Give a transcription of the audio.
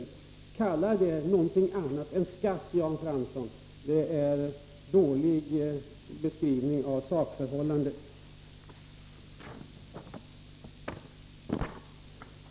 Att kalla det någonting annat än skatt, Jan Fransson, det är en dålig beskrivning av sakförhållandet.